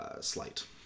slight